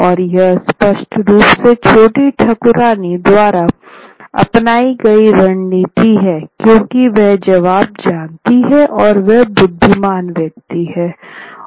और यह स्पष्ट रूप से छोटी ठाकुरान द्वारा अपनाई गई रणनीति है क्योंकि वह जवाब जानती है और वह बुद्धिमान व्यक्ति है